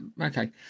Okay